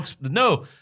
No